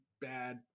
bad